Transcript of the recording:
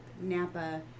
Napa